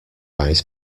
eyes